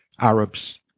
arabs